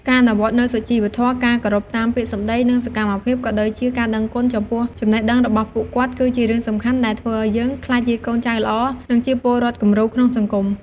ការអនុវត្តនូវសុជីវធម៌ ការគោរពតាមពាក្យសម្ដី និងសកម្មភាព ក៏ដូចជាការដឹងគុណចំពោះចំណេះដឹងរបស់ពួកគាត់ គឺជារឿងសំខាន់ដែលធ្វើឲ្យយើងក្លាយជាកូនចៅល្អ និងជាពលរដ្ឋគំរូក្នុងសង្គម។